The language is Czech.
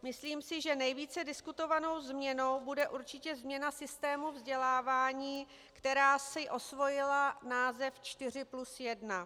Myslím si, že nejvíce diskutovanou změnou bude určitě změna systému vzdělávání, která si osvojila název čtyři plus jedna.